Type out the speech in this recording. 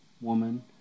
woman